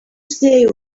say